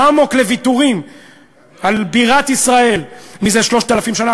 האמוק לוויתורים על בירת ישראל זה 3,000 שנה.